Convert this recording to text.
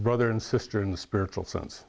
brother and sister in the spiritual sense